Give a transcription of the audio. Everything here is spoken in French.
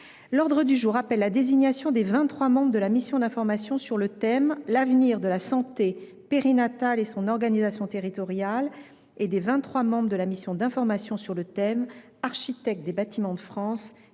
L’ordre du jour appelle la désignation des vingt trois membres de la mission d’information sur le thème « L’avenir de la santé périnatale et son organisation territoriale » et des vingt trois membres de la mission d’information sur le thème « Architectes des Bâtiments de France :